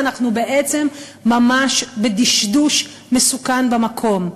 ואנחנו בעצם ממש בדשדוש מסוכן במקום.